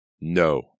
No